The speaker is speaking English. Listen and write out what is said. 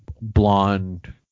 blonde